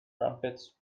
trumpets